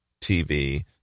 TV